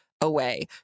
away